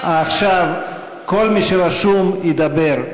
כל מי שרשום ידבר.